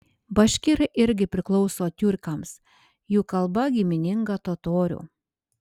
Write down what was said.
baškirai irgi priklauso tiurkams jų kalba gimininga totorių